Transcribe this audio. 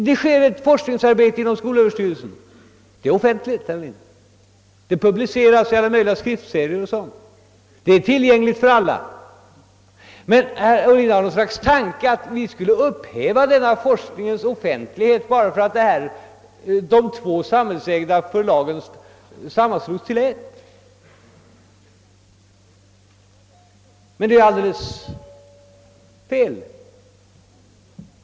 Det försiggår forskningsarbete inom skolöverstyrelsen, och resultaten är offentliga och publiceras i alla möjliga skriftserier och annat. De är alltså tillgängliga för alla. Herr Ohlin föreställer sig att denna forskningens offentlighet skulle upphävas bara därför att de två samhällsägda förlagen sammanslås till ett. Det är alldeles fel.